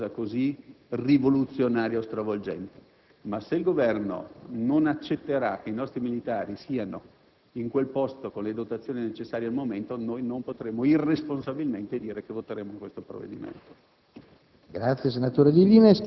Non credo che sia una richiesta così rivoluzionaria o stravolgente, ma se il Governo non accetterà che i nostri militari siano in quel posto con le dotazioni necessarie al momento noi non potremo irresponsabilmente dire che voteremo a favore di questo provvedimento.